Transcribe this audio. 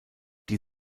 die